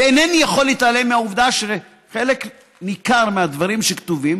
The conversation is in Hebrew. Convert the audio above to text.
איני יכול להתעלם מהעובדה שחלק ניכר מהדברים שכתובים